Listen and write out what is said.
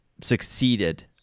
succeeded